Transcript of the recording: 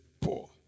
poor